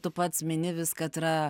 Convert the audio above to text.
tu pats mini vis kad yra